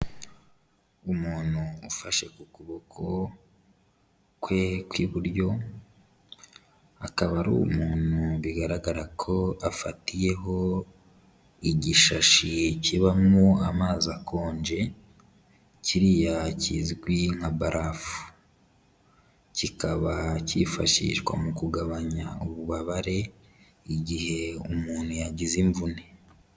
Umuntu ufashe ku kuboko kwe kw'iburyo, akaba ari umuntu bigaragara ko afatiyeho igishashi kibamo amazi akonje, kiriya kizwi nka barafu. Kikaba cyifashishwa mu kugabanya ububabare igihe umuntu yagize imvune.